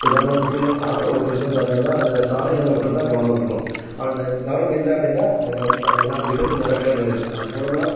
உதாரணத்துக்கு ஆட்டோ ஒட்டும் போது பார்த்திங்கனா அந்த சாலைகள்ல மட்டுந்தான் கவனம் இருக்கணும் அந்த கவனம் இல்லை அப்படின்னா அதில் வந்து பார்த்திங்கனா விபத்து நரக்க நேரிடும் அதுபோல் தான்